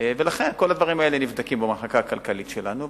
ולכן כל הדברים האלה נבדקים במחלקה הכלכלית שלנו,